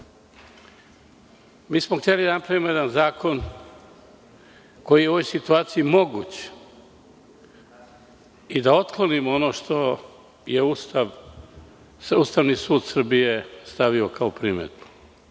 smo hteli da napravimo jedan zakon koji je u ovoj situaciji moguć i da otklonimo ono što je Ustav, Ustavni sud Srbije stavio kao primedbu.